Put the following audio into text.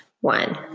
one